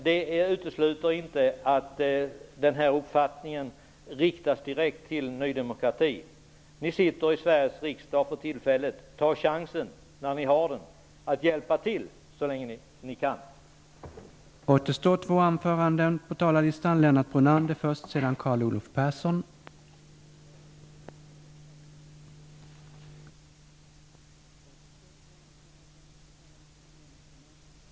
Herr talman! Jag ber om ursäkt. Det är dock möjligt att rikta denna uppmaning direkt till Ny demokrati. Ni sitter för tillfället i Sveriges riksdag. Ta chansen att hjälpa till så länge ni kan göra det!